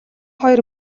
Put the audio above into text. хоёр